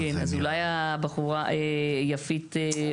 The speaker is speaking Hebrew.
פשוט,